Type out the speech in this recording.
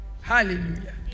hallelujah